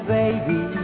baby